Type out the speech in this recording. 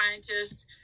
scientists